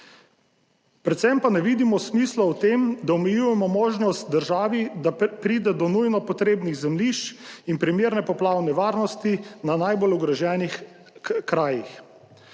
Predvsem pa ne vidimo smisla v tem, da omejujemo možnost državi, da pride do nujno potrebnih zemljišč in primerne poplavne varnosti na najbolj ogroženih krajih